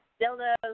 Dildos